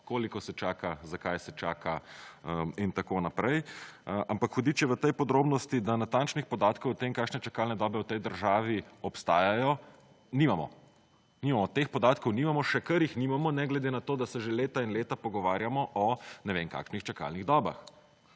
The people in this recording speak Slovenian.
koliko se čaka, zakaj se čaka in tako naprej. Ampak hudič je v tej podrobnosti, da natančnih podatkov o tem, kakšne čakalne dobe v tej državi obstajajo, nimamo. Nimamo. Teh podatkov nimamo. Še kar jih nimamo, ne glede na to, da se že leta in leta pogovarjamo o ne vem kakšnih čakalnih dobah.